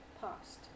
past